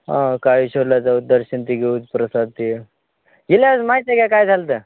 हो काळेश्वरला जाऊ दर्शन ते घेऊत प्रसाद ते गेल्या वेळेस माहिती आहे का काय झालं होतं